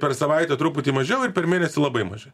per savaitę truputį mažiau ir per mėnesį labai mažai